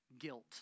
Guilt